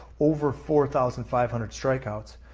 over four thousand five hundred strikeouts,